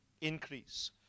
increase